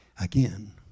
Again